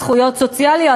זכויות סוציאליות,